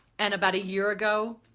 and about a year ago